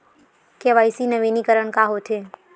KYC नवीनीकरण का होथे?